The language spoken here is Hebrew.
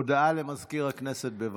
הודעה למזכיר הכנסת, בבקשה.